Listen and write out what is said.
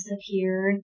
disappeared